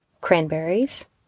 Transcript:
cranberries